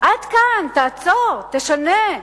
עד כאן, תעצור, תשנה,